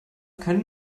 können